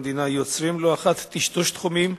יוצרות לא אחת טשטוש תחומים,